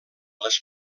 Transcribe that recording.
les